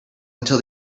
until